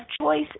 choice